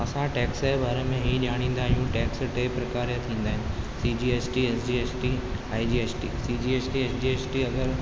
असां टैक्स बारे में ही ॼाणींदा आहियूं टैक्स जा टे प्रकार थींदा आहिनि C G S T S G S T I G S T जीअं जी एस टी अगर